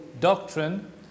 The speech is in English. doctrine